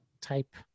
type